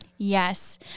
Yes